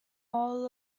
all